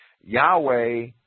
Yahweh